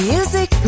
Music